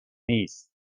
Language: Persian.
نیست